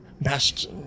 best